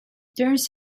turns